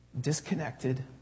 Disconnected